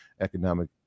economic